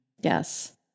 Yes